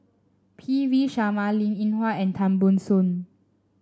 P V Sharma Linn In Hua and Tan Ban Soon